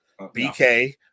BK